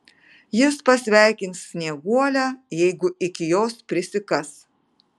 jis pasveikins snieguolę jeigu iki jos prisikas